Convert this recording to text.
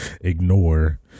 ignore